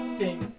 sing